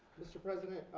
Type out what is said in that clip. mr. president,